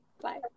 Bye